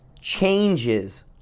changes